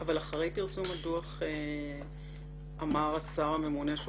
אבל אחרי פרסום הדוח אמר השר הממונה שהוא